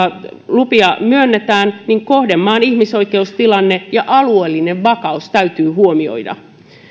lupia myönnetään että kohdemaan ihmisoikeustilanne ja alueellinen vakaus täytyy huomioida suomi